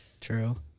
True